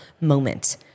moment